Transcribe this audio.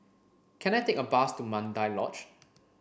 can I take a bus to Mandai Lodge